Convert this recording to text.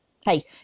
Hey